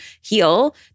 heal